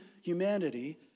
humanity